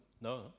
No